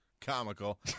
comical